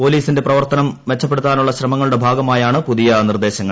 പൊലീസിന്റെ പ്രവർത്തനം മെച്ചപ്പെടുത്താനുള്ള ശ്രമങ്ങളുടെ ഭാഗമായാണ് പുതിയ നിർദ്ദേശങ്ങൾ